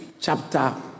chapter